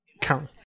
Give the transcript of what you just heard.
Count